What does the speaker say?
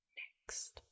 next